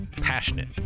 passionate